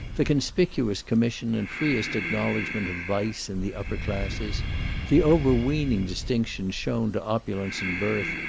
the conspicuous commission and freest acknowledgment of vice in the upper classes the overweening distinctions shown to opulence and birth,